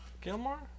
Gilmore